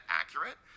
accurate